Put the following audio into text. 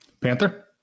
Panther